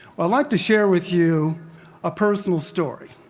well i'd like to share with you a personal story.